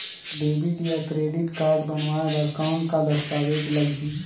Debit या credit card बनवाय बर कौन का दस्तावेज लगही?